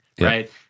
right